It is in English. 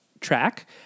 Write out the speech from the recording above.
track